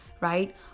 right